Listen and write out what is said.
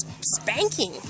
spanking